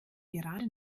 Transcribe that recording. gerade